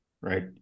right